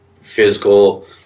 physical